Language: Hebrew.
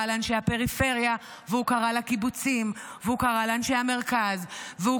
לאנשי הפריפריה והוא קרה לקיבוצים והוא קרה לאנשי המרכז והוא